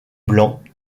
blanc